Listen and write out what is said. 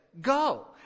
go